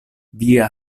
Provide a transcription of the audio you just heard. via